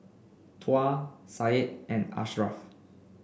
Tuah Said and Ashraff